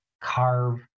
carve